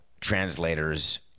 translators